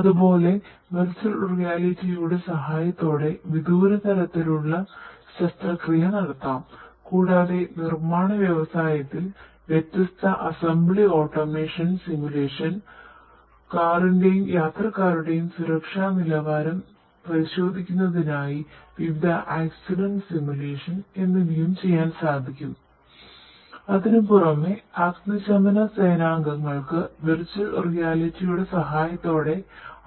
അതുപോലെ വെർച്വൽ റിയാലിറ്റിയുടെ കാറിന്റെയും യാത്രക്കാരുടെയും സുരക്ഷാനിലവാരം പരിശോധിക്കുന്നതിനായി വിവിധ ആക്സിഡന്റ് സിമുലേഷൻ സഹായത്തോടെ